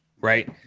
right